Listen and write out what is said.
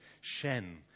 Shen